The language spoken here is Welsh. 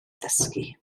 ddysgu